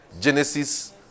Genesis